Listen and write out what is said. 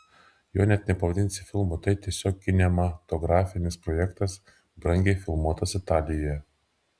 jo net nepavadinsi filmu tai tiesiog kinematografinis projektas brangiai filmuotas italijoje